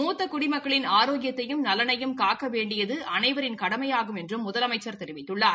மூத்த குடிமக்களின் ஆராக்கியத்தையும் நலனையும் னக்க வேண்டியது அனைவரின் கடமையாகும் என்றும் முதலமைச்சர் தெரிவித்துள்ளார்